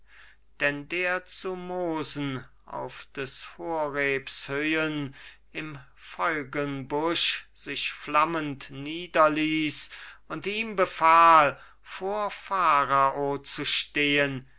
denn der zu mosen auf des horebs höhen im feurgen busch sich flammend niederließ und ihm befahl vor pharao zu stehen